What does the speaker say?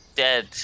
Dead